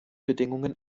bedingungen